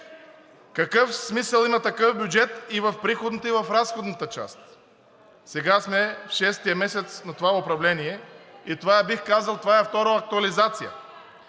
Какъв смисъл има такъв бюджет и в приходната, и в разходната част? Сега сме шестия месец на това управление и това е втора актуализация.